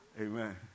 Amen